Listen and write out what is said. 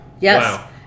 Yes